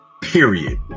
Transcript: period